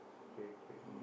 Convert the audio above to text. okay okay okay